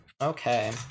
Okay